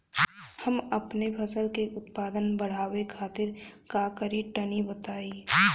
हम अपने फसल के उत्पादन बड़ावे खातिर का करी टनी बताई?